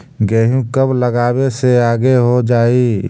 गेहूं कब लगावे से आगे हो जाई?